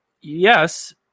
Yes